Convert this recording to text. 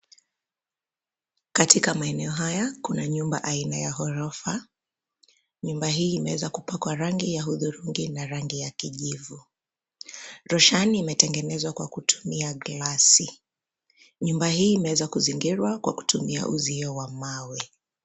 Katika maeneo haya kuna nyumba aina ya ghorofa. Nyumba hii imeweza kupakwa rangi ya hudhurungi na rangi ya kijivu. Roshani imetengenezwa kwa kutumia glasi. Nyumba hii imeweza kuzingirwa kwa kutumia uzio wa mawe.